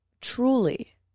truly